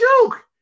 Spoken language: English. joke